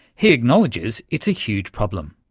he acknowledges it's a huge problem.